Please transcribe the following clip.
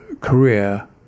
career